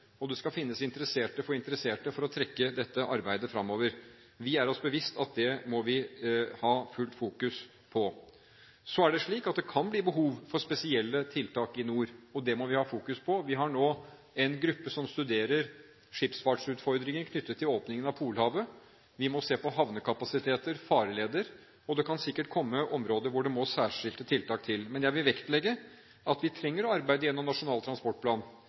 og det skal finnes interesserte for interesserte for å trekke dette arbeidet fremover. Vi er oss bevisst at det må vi ha fullt fokus på. Så er det slik at det kan bli behov for spesielle tiltak i nord, og det må vi ha fokus på. Vi har nå en gruppe som studerer skipsfartsutfordringer knyttet til åpningen av Polhavet. Vi må se på havnekapasiteter og farleder, og det kan sikkert komme områder hvor det må særskilte tiltak til. Men jeg vil vektlegge at vi trenger å arbeide gjennom Nasjonal transportplan,